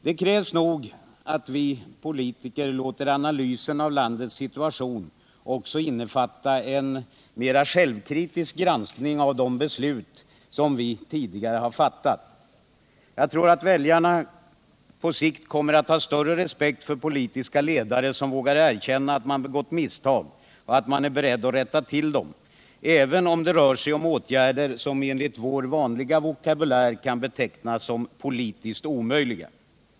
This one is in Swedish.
Det krävs nog att vi låter analysen av landets situation också innefatta en mera självkritisk granskning av de beslut som vi politiker tidigare har fattat. Väljarna kommer säkerligen på sikt att ha större respekt för politiska ledare som vågar erkänna att de begått misstag och är beredda att rätta till dem, även om det rör sig om åtgärder som enligt vår vanliga vokabulär kan betecknas som ”politiskt omöjliga”.